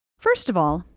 first of all,